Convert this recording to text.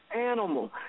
animal